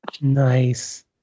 Nice